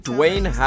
Dwayne